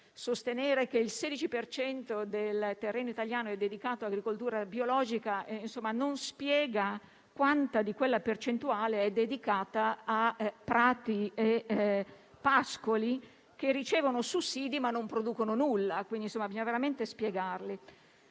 sostenere che il 16 per cento del terreno italiano è dedicato all'agricoltura biologica non spiega quanta di quella percentuale è dedicata a prati e pascoli, che ricevono sussidi, ma non producono alcunché. Quindi bisogna veramente spiegare.